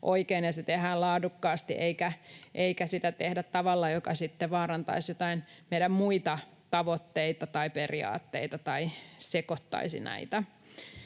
ja se tehdään laadukkaasti, eikä sitä tehdä tavalla, joka sitten vaarantaisi joitain meidän muita tavoitteita tai periaatteita tai sekoittaisi näitä.